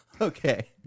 Okay